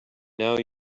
now